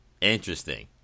Interesting